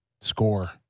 score